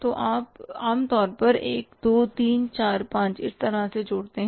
तो आप आम तौर पर 1 2 3 4 5 इस तरह से जोड़ते हैं